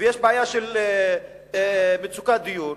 ויש בעיה של מצוקת דיור,